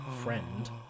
friend